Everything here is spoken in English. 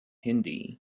hindi